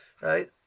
Right